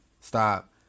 stop